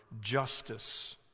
justice